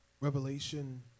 Revelation